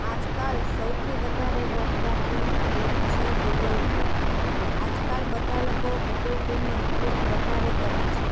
આજકાલ સૌથી વધારે વપરાતી એપ છે ગૂગલ પે આજકાલ બધા લોકો ગૂગલ પેનો ઉપયોગ વધારે કરે છે